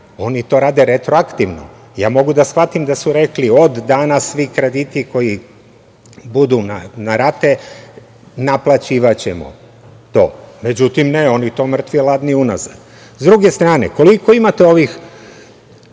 oni to rade retroaktivno. Mogu da shvatim da su rekli – od danas svi krediti koji budu na rate naplaćivaćemo. Međutim, ne, oni to, mrtvi ladni, unazad. Sa druge strane, koliko imate ovih